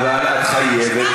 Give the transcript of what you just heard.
אבל את חייבת,